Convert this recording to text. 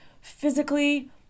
physically